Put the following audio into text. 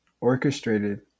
orchestrated